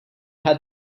had